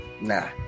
Nah